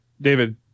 David